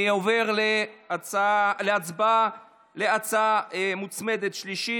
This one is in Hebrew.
אני עובר להצעה מוצמדת שלישית,